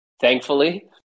thankfully